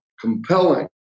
compelling